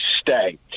stay